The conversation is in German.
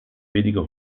wenige